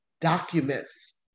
documents